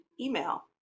email